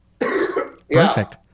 Perfect